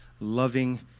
loving